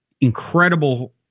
incredible